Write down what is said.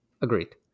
Agreed